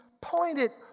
pointed